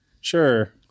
Sure